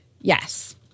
Yes